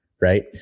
right